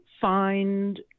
find